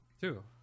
Two